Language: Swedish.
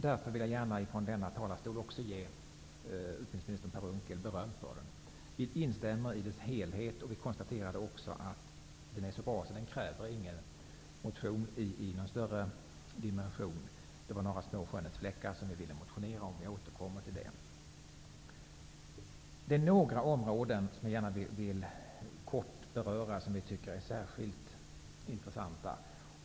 Därför vill jag gärna från denna talarstol också ge utbildningsminister Per Unckel beröm för den. Vi instämmer i den i dess helhet. Vi konstaterade också att den är så bra att den inte kräver att vi väcker någon motion av större dimension. Det var bara några små skönhetsfläckar som vi ville motionera om. Men jag återkommer till det. Det är några områden som jag gärna kortfattat vill beröra och som vi tycker är särskilt intressanta.